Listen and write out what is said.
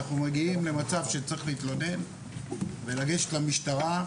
שאנחנו מגיעים למצב שצריך להתלונן ולגשת למשטרה,